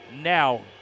now